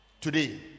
today